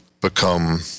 become